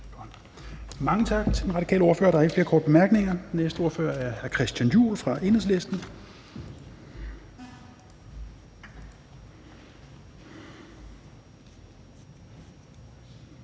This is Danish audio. Mange tak til den radikale ordfører, der er ikke flere korte bemærkninger. Næste ordfører er hr. Christian Juhl fra Enhedslisten.